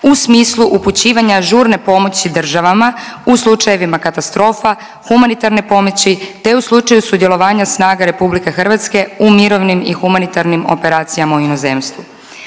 u smislu upućivanja žurne pomoći državama u slučajevima katastrofa, humanitarne pomoći te u slučaju sudjelovanja snaga RH u mirovnim i humanitarnim operacijama u inozemstvu.